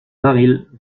baril